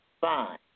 Fine